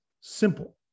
simple